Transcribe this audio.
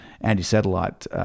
anti-satellite